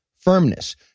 firmness